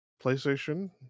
PlayStation